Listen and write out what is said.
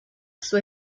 zur